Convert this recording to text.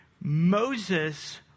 Moses